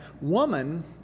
Woman